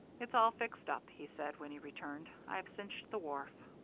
it's all fixed up, he said when he returned. i've cinched the wharf.